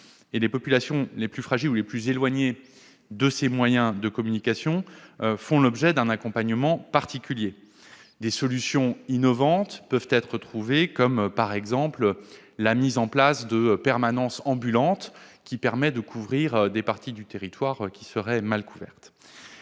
Les populations les plus fragiles ou les plus éloignées de ces moyens de communication font l'objet d'un accompagnement particulier : des solutions innovantes peuvent être trouvées, comme la mise en place de permanences ambulantes sur des parties de territoire qui seraient mal couvertes.